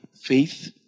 Faith